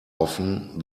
often